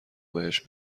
بهش